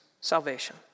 salvation